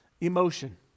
emotion